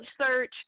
search